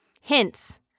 Hints